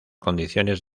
condiciones